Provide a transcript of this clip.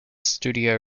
studio